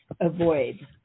avoid